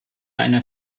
eine